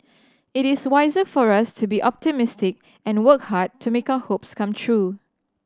it is wiser for us to be optimistic and work hard to make our hopes come true